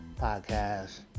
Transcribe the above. podcast